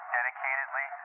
Dedicatedly